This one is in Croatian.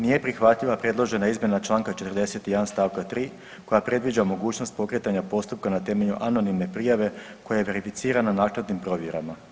Nije prihvatljiva predložena izmjena čl. 41. st. 3. koja predviđa mogućnost pokretanja postupka na temelju anonimne prijave koja je verificirana naknadnim provjerama.